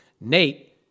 Nate